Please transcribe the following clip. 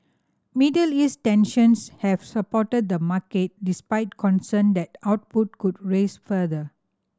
Middle East tensions have supported the market despite concern that output could rise further